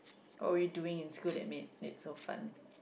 what were you doing in school that made it so fun